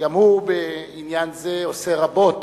וגם הוא בעניין זה עושה רבות